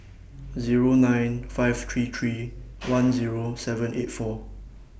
Zero nine five three three one Zero seven eight four